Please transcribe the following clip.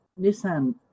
Nissan